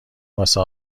واسه